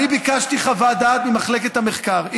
אני ביקשתי חוות דעת ממחלקת המחקר,